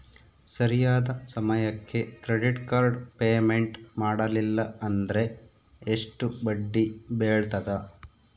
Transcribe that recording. ಸರಿಯಾದ ಸಮಯಕ್ಕೆ credit card payment ಮಾಡಲಿಲ್ಲ ಅಂದ್ರೆ ಎಷ್ಟು ಬಡ್ಡಿ ಬೇಳ್ತದ?